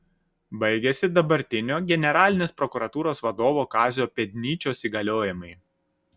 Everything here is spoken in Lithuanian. baigiasi dabartinio generalinės prokuratūros vadovo kazio pėdnyčios įgaliojimai